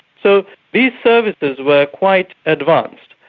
so these services were quite advanced,